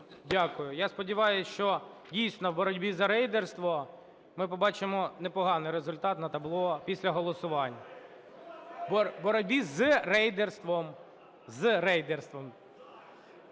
Дякую. Я сподіваюся, що, дійсно, в боротьбы за рейдерство ми побачимо непоганий результат на табло після голосувань. У боротьбі з рейдерством, з рейдерством.